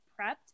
prepped